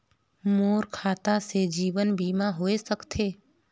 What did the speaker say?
मोर खाता से जीवन बीमा होए सकथे?